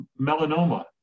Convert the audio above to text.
melanoma